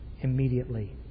immediately